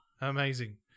Amazing